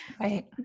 Right